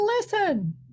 listen